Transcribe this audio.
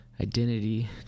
identity